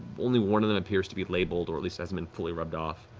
only one of them appears to be labeled, or at least hasn't been fully rubbed off.